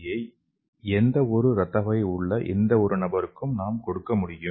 யை எந்தவொரு இரத்த வகை உள்ள எந்தவொரு நபருக்கும் நாம் கொடுக்க முடியும்